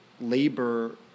labor